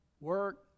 work